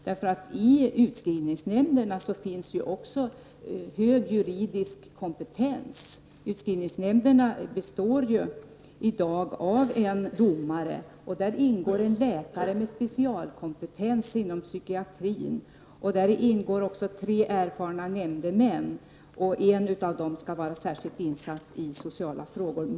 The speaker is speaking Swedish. Också i utskrivningsnämnderna finns ju hög juridisk kompetens. Utskrivningsnämnderna består i dag av en domare, en läkare med speciell kompetens inom psykiatrin och tre erfarna nämndemän, varav en skall vara särskilt insatt i sociala frågor.